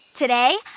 Today